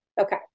Okay